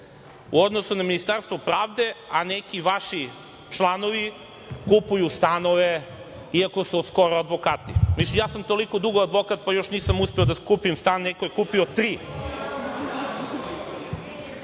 u odnosu na Ministarstvo pravde, a neki vaši članovi kupuju stanove, iako su od skoro advokati. Ja sam toliko dugo advokat, pa još uvek nisam uspeo da skupim za stan, a neko je kupio